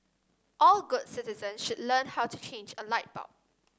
all good citizens should learn how to change a light bulb